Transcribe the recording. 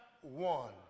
one